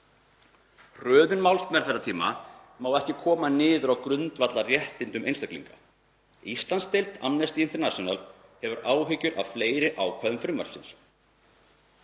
Hröðun málsmeðferðartíma má ekki koma niður á grundvallarréttindum einstaklinga. Íslandsdeild Amnesty International hefur áhyggjur af fleiri ákvæðum frumvarpsins.